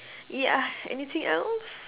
yeah anything else